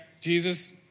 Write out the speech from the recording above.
Jesus